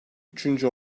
üçüncü